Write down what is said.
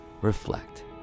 Reflect